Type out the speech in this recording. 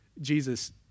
Jesus